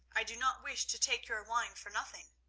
i do not wish to take your wine for nothing.